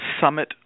summit